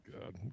God